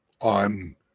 on